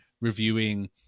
reviewing